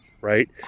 right